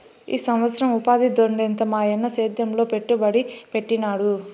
ఈ సంవత్సరం ఉపాధి దొడ్డెంత మాయన్న సేద్యంలో పెట్టుబడి పెట్టినాడు